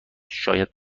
شاید